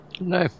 No